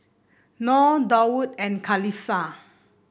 nor Daud and Khalish